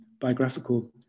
biographical